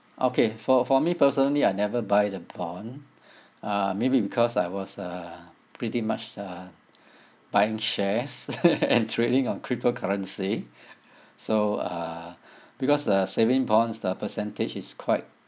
okay for for me personally I never buy the bond uh maybe because I was uh pretty much uh buying shares and trading on cryptocurrency so uh because the savings bonds the percentage is quite